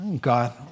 God